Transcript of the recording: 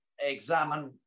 examine